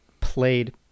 played